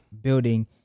building